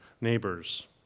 neighbors